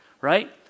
right